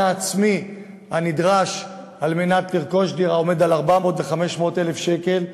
העצמי הנדרש על מנת לרכוש דירה עומד על 400,000 ו-500,000 שקל,